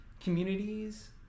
communities